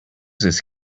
this